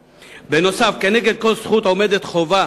בנוסף, כנגד כל זכות עומדת חובה.